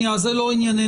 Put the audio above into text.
כרגע זה לא ענייננו.